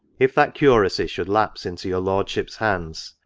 if that curacy should lapse into your lordship's hands,